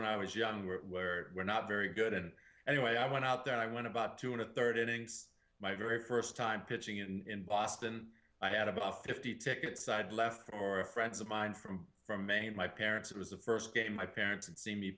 when i was younger where we're not very good and anyway i went out there i went about two and a third innings my very first time pitching in boston i had about fifty tickets side left for a friends of mine from from maine my parents it was the first game my parents and s